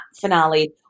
finale